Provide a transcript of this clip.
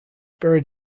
buried